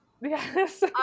Yes